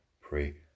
pray